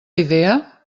idea